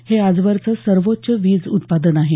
हे आजवरचं सर्वोच्च वीज उत्पादन आहे